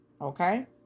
Okay